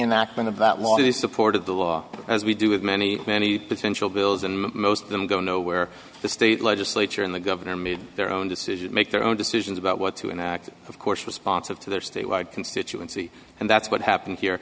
enactment of that law the support of the law as we do with many many potential bills and most of them go no where the state legislature and the governor made their own decisions make their own decisions about what to enact of course responsive to their statewide constituency and that's what happened here